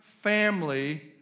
family